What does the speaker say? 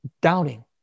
Doubting